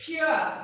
Pure